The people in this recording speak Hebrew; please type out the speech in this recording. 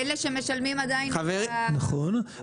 נכון.